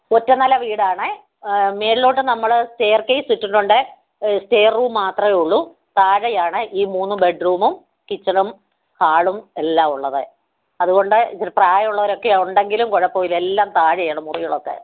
ഒറ്റ നില വീടാണ് മുകളിലോട്ട് നമ്മള് സ്റ്റെയർ കേസ് ഇട്ടിട്ടുണ്ട് സ്റ്റെയർ റൂം മാത്രേയുള്ളു താഴെയാണ് ഈ മൂന്ന് ബെഡ് റൂംമും കിച്ചണും ഹാളും എല്ലാം ഉള്ളത് അത് കൊണ്ട് ഇച്ചരെ പ്രായമുള്ളവരൊക്കെ ഉണ്ടെങ്കിലും കുഴപ്പമില്ല എല്ലാം താഴെയാണ് മുറികളൊക്കെ